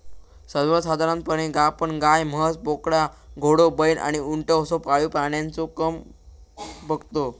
सर्वसाधारणपणे आपण गाय, म्हस, बोकडा, घोडो, बैल आणि उंट असो पाळीव प्राण्यांचो क्रम बगतो